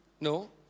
no